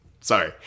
Sorry